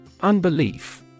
Unbelief